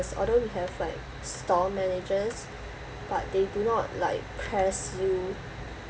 although we have like store managers but they do not like press you